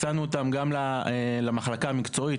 הצענו אותם גם למחלקה המקצועית,